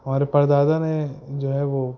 ہمارے پردادا نے جو ہے وہ